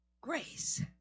grace